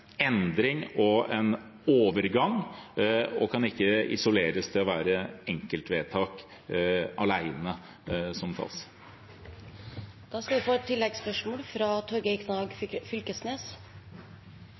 endring og en overgang, og det kan ikke isoleres til enkeltvedtak alene. Det blir oppfølgingsspørsmål – først Torgeir Knag Fylkesnes. Vi